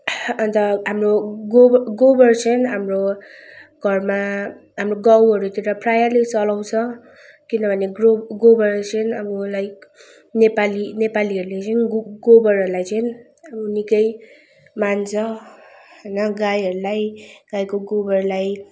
अन्त हाम्रो गोब गोबर चाहिँ हाम्रो घरमा हाम्रो गाउँहरूतिर प्रायःले चलाउँछ किनभने गोबर चाहिँ अब लाइक नेपाली नेपालीहरूले चाहिँ गोबरहरूलाई चाहिँ अब निकै मान्छ होइन गाईहरूलाई गाईको गोबरलाई